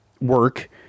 work